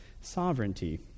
sovereignty